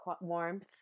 warmth